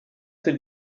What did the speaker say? sind